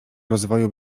rozwoju